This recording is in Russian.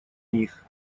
них